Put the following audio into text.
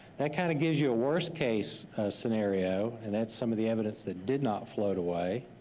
that kind of gives you a worst case scenario. and that's some of the evidence that did not float away.